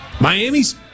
Miami's